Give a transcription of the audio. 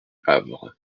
havre